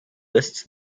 lists